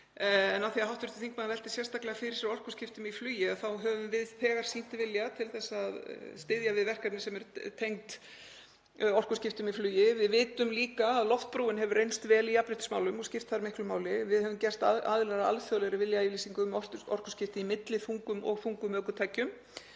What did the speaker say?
En af því að hv. þingmaður veltir sérstaklega fyrir sér orkuskiptum í flugi þá höfum við þegar sýnt vilja til að styðja við verkefni sem eru tengd orkuskiptum í flugi. Við vitum líka að loftbrúin hefur reynst vel í jafnréttismálum og skipt þar miklu máli. Við höfum gerst aðilar að alþjóðlegri viljayfirlýsingu um orkuskipti í milliþungum og þungum ökutækjum.